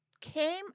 came